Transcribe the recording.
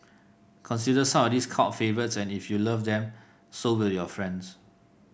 consider some of these cult favourites and if you love them so will your friends